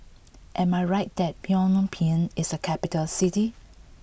am I right that Phnom Penh is a capital city